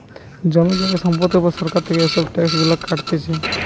জমি জায়গা সম্পত্তির উপর সরকার থেকে এসব ট্যাক্স গুলা কাটতিছে